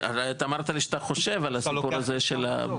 אתה אמרת לי שאתה חושב על הסיפור הזה של.